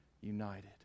united